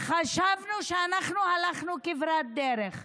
חשבנו שהלכנו כברת דרך.